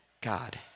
God